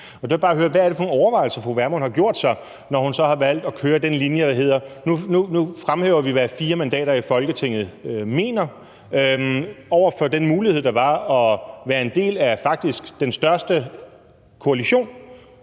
Hvad er det for nogle overvejelser, fru Vermund har gjort sig, når hun så har valgt at køre den linje, der handler om, at man nu fremhæver, hvad fire mandater i Folketinget mener, over for den mulighed, det faktisk var at være en del af den største koalition